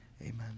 Amen